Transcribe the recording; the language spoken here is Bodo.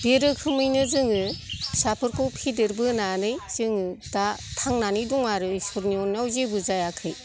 बे रोखोमैनो जोङो फिसाफोरखौ फेदेरबोनानै जोङो दा थांनानै दङ आरो इसोरनि अननायाव जेबो जायाखै